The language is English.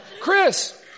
Chris